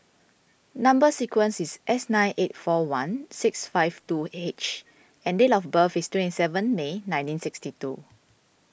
Number Sequence is S nine eight four one six five two H and date of birth is twenty seven May nineteen sixty two